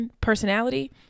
personality